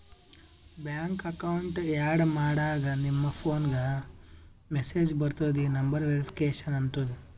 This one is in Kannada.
ಬ್ಯಾಂಕ್ ಅಕೌಂಟ್ ಆ್ಯಡ್ ಮಾಡಾಗ್ ನಿಮ್ ಫೋನ್ಗ ಮೆಸೇಜ್ ಬರ್ತುದ್ ಆ ನಂಬರ್ ವೇರಿಫಿಕೇಷನ್ ಆತುದ್